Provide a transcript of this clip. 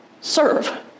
serve